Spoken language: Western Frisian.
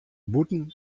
bûten